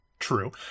True